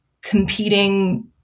competing